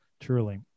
truly